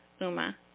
Uma